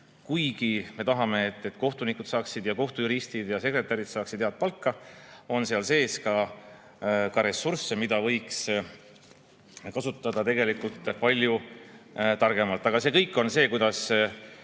kuigi me tahame, et kohtunikud, kohtujuristid ja sekretärid saaksid head palka, on seal sees ka ressursse, mida võiks kasutada palju targemalt. Aga see kõik on see, kuidas